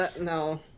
no